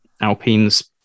Alpine's